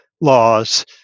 laws